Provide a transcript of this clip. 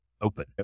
open